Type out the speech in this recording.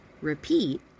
Repeat